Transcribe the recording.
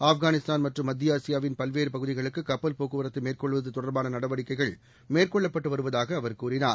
ஆப்கானிஸ்தான் மற்றும் மத்தியஆசியாவின் பல்வேறபகுதிகளுக்குகப்பல் போக்குவரத்துமேற்கொள்ளுவதுதொடர்பானநடவடிக்கைகள் மேற்கொள்ளப்பட்டுவருவதாகஅவர் கூறினார்